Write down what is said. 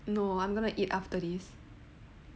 no I'm gonna eat after this